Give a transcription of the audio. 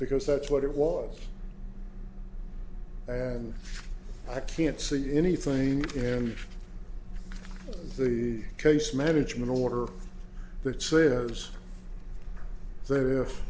because that's what it was and i can't see anything in the case management order that s